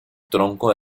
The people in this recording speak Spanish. tronco